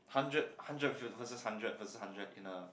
hundred hundred ver~ versus hundred versus hundred in a